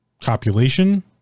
copulation